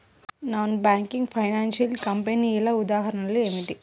Non banking financial కంపెనీల ఉదాహరణలు ఏమిటి?